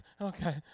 Okay